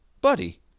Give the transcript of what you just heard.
Buddy